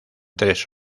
tres